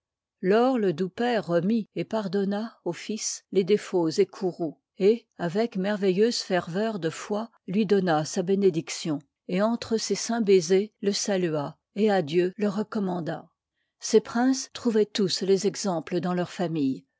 lors le doux père remit et par çnsuic donna au fus les défauts et courrx u x et ubeif i aec merveilleuse feneur de foi lui donna ii pait sa bénédiction et entre ses saints baisers liv ii le salua et à dieu le recommanda ces princes trouvoient tous les exemples dans leur famille